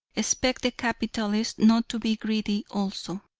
expect the capitalist not to be greedy also.